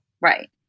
Right